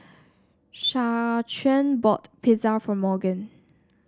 Shaquan bought Pizza for Morgan